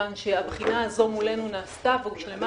כיוון שהבחינה הזאת מולנו נעשתה והושלמה,